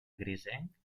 grisenc